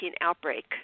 outbreak